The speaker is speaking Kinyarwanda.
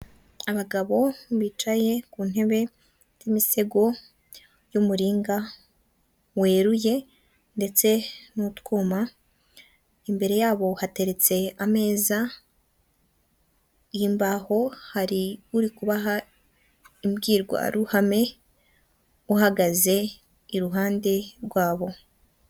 Abagabo bicaye ku ntebe y'imitego y'umuringa weruye ndetse n'utwuma imbere yabo hatereke ameza y'imbaho hari uri kubaha imbwirwaruhame uhagaze iruhande rwabo.